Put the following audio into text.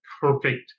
perfect